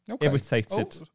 irritated